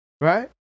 right